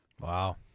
Wow